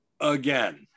Again